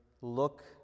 look